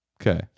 Okay